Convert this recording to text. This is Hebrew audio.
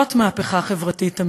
זאת מהפכה חברתית אמיתית.